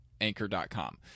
Anchor.com